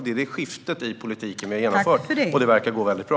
Det är det skifte i politiken som vi har genomfört, och det verkar gå väldigt bra.